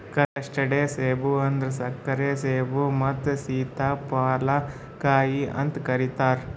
custard ಸೇಬ ಅಂದುರ್ ಸಕ್ಕರೆ ಸೇಬು ಮತ್ತ ಸೀತಾಫಲ ಕಾಯಿ ಅಂತ್ ಕರಿತಾರ್